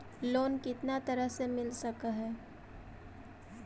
Loan कितना तरह से मिल सक है?